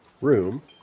room